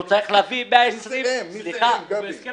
הוא צריך להביא 120- -- זה הסכם אחזקה.